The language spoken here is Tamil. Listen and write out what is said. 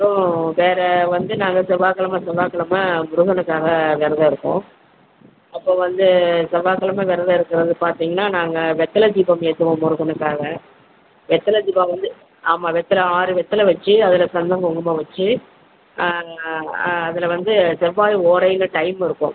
அப்புறம் வேறு வந்து நாங்கள் செவ்வாய் கிழம செவ்வாக் கிழம முருகனுக்காக விரத இருப்போம் அப்போ வந்து செவ்வாக்கிழம விரத இருக்கிறது பார்த்திங்கன்னா நாங்கள் வெற்றிலை தீபம் ஏற்றுவோம் முருகனுக்காக வெற்றில தீபம் வந்து ஆமாம் வெற்றில ஆறு வெற்றில வச்சு அதில் சந்தன குங்குமும் வச்சு அதில் வந்து செவ்வாய் ஓலையில் டைம் இருக்கும்